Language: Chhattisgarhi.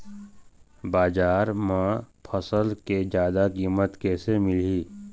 बजार म फसल के जादा कीमत कैसे मिलही?